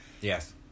Yes